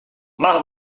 más